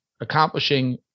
accomplishing